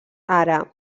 ara